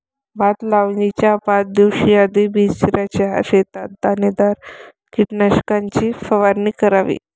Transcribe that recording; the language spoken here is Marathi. भात लावणीच्या पाच दिवस आधी बिचऱ्याच्या शेतात दाणेदार कीटकनाशकाची फवारणी करावी